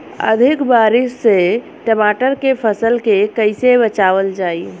अधिक बारिश से टमाटर के फसल के कइसे बचावल जाई?